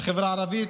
לחברה הערבית.